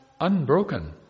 unbroken